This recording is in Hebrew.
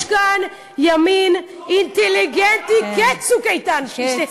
יש כאן ימין אינטליגנטי, "צוק איתן" פה גם?